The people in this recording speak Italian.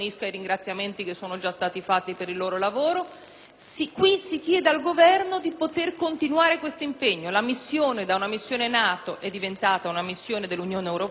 Si chiede al Governo di poter continuare questo impegno. Da missione NATO è diventata una missione dell'Unione europea. Il comando è attualmente britannico